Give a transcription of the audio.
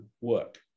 work